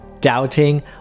doubting